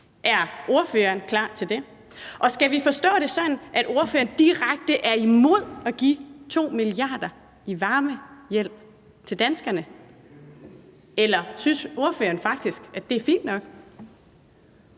Er ordføreren klar til det? Og skal vi forstå det sådan, at ordføreren direkte er imod at give 2 mia. kr. i varmehjælp til danskerne, eller synes ordføreren faktisk, at det er fint nok?